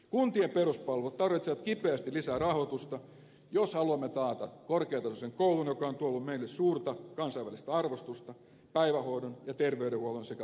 kuntien peruspalvelut tarvitsevat kipeästi lisää rahoitusta jos haluamme taata korkeatasoisen koulun joka on tuonut meille suurta kansainvälistä arvostusta päivähoidon ja terveydenhuollon sekä vanhustenhoidon tarpeet